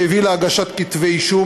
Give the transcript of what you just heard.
שהביא להגשת כתבי אישום,